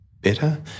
better